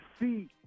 see